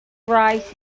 rice